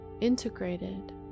integrated